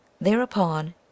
Thereupon